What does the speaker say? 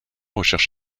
recherche